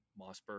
Mossberg